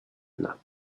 knot